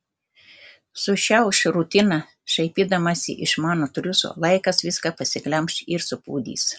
sušiauš rutiną šaipydamasis iš mano triūso laikas viską pasiglemš ir supūdys